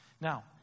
Now